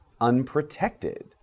unprotected